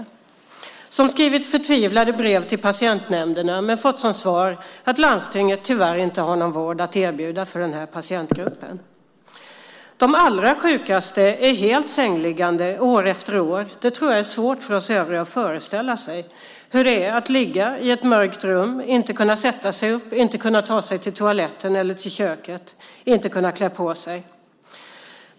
Patienter har skrivit förtvivlade brev till patientnämnderna men har fått som svar att landstinget tyvärr inte har någon vård att erbjuda för den här patientgruppen. De allra sjukaste är helt sängliggande år efter år. Det är svårt för oss övriga att föreställa sig hur det är att ligga i ett mörkt rum och inte kunna sätta sig upp, inte kunna ta sig till toaletten eller köket och inte kunna klä på sig.